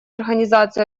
организацию